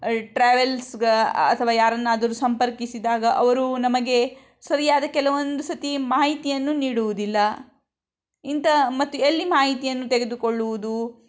ಟ್ರಾವೆಲ್ಸ್ಗೆ ಅಥವಾ ಯಾರನ್ನಾದರೂ ಸಂಪರ್ಕಿಸಿದಾಗ ಅವರು ನಮಗೆ ಸರಿಯಾದ ಕೆಲವೊಂದು ಸರ್ತಿ ಮಾಹಿತಿಯನ್ನು ನೀಡುವುದಿಲ್ಲ ಇಂಥ ಮತ್ತು ಎಲ್ಲಿ ಮಾಹಿತಿಯನ್ನು ತೆಗೆದುಕೊಳ್ಳುವುದು